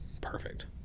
Perfect